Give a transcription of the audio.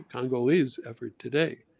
congolese effort today.